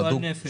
גועל נפש.